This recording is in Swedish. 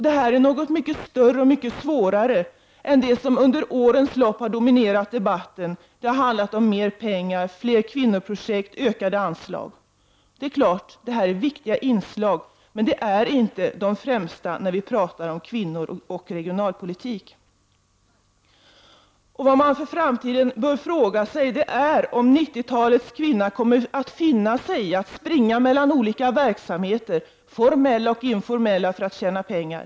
Detta är något mycket större och svårare än det som under årens lopp dominerat debatten. Det har handlat om mer pengar, fler kvinnoprojekt, ökade anslag. Det är självklart viktiga inslag, men de är inte de främsta när vi talar om kvinnor och regionalpolitik. Vad man inför framtiden bör fråga sig är om 90-talets kvinna kommer att finna sig i att springa mellan olika verksamheter, formella och informella, för att tjäna pengar.